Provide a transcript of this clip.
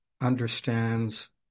understands